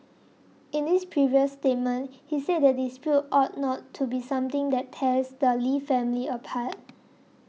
in this previous statement he said the dispute ought not to be something that tears the Lee family apart